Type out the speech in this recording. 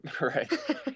right